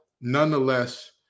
nonetheless